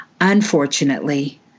Unfortunately